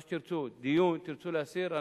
מה שתרצו: דיון, אם תרצו להסיר.